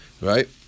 right